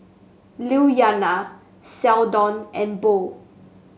Lilyana Seldon and Bo